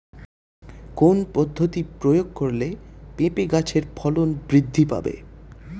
কোন পদ্ধতি প্রয়োগ করলে পেঁপে গাছের ফলন বৃদ্ধি পাবে?